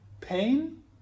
Pain